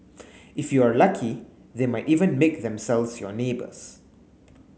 if you are lucky they might even make themselves your neighbours